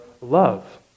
love